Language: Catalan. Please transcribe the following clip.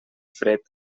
fred